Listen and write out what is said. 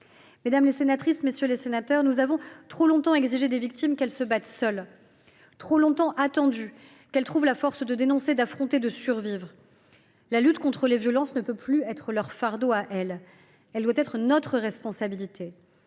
Mesdames les sénatrices, messieurs les sénateurs, il a trop longtemps été exigé des victimes qu’elles se battent seules, trop longtemps été attendu qu’elles trouvent la force de dénoncer, d’affronter, de survivre. La lutte contre les violences ne peut plus être leur fardeau à elles. Elle doit être notre responsabilité.